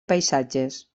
paisatges